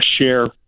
share